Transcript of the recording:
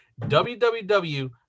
www